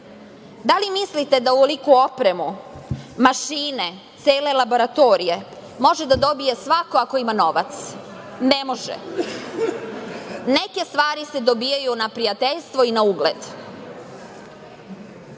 li mislite da ovoliku opremu, mašine, cele laboratorije može da dobije svako ako ima novac? Ne može. Neke stvari se dobijaju na prijateljstvo i na